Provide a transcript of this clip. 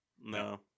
No